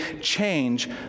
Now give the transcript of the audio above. change